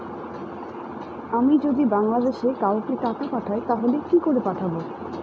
আমি যদি বাংলাদেশে কাউকে টাকা পাঠাই তাহলে কি করে পাঠাবো?